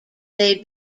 they